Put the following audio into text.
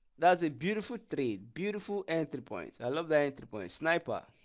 that's a beautiful treat beautiful entry point i love the entry point sniper